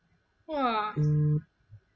!wah!